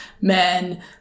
men